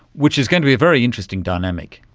which is going to be a very interesting dynamic.